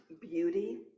beauty